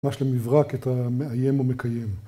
ממש למברק את המאיים המקיים